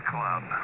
Club